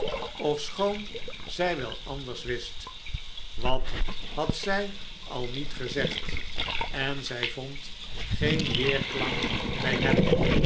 ofschoon zij wel anders wist wat had zij al niet gezegd en zij vond geen weerklank bij hem